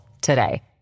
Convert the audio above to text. today